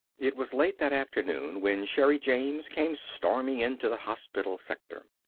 it was late that afternoon when sherri james came storming into the hospital sector.